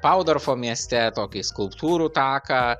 paudarfo mieste tokį skulptūrų taką